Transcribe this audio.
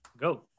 go